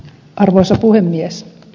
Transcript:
arvoisa puhemies